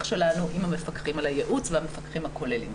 שלנו עם המפקחים על הייעוץ והמפקחים הכוללים.